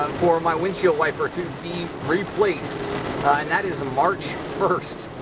for my windshield wiper to be replaced and that is march first.